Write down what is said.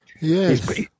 Yes